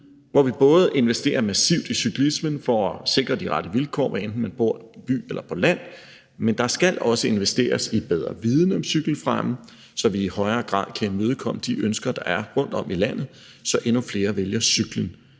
hvor vi både investerer massivt i cyklismen for at sikre de rette vilkår, hvad enten man bor i en by eller på landet, men der skal også investeres i bedre viden om cykelfremme, så vi i højere grad kan imødekomme de ønsker, der er rundt om i landet, så endnu flere vælger cyklen.